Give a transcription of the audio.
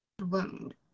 wound